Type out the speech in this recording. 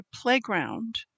playground